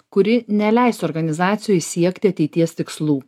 kuri neleistų organizacijoj siekti ateities tikslų